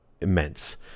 immense